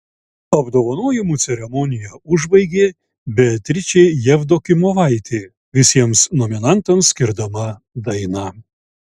apdovanojimų ceremoniją užbaigė beatričė jevdokimovaitė visiems nominantams skirdama dainą